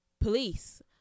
police